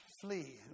flee